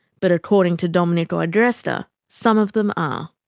but according to domenico agresta, some of them are